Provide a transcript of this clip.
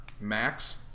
max